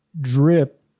drip